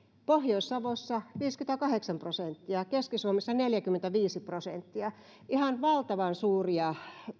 pohjois savossa viisikymmentäkahdeksan prosenttia keski suomessa neljäkymmentäviisi prosenttia ihan valtavan suuria